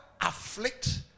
afflict